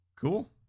Cool